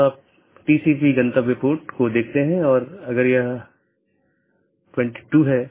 दोनों संभव राउटर का विज्ञापन करते हैं और infeasible राउटर को वापस लेते हैं